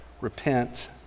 repent